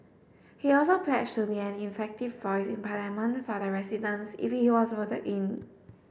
he also pledged to be an effective voice in Parliament for the residents if he was voted in